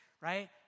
right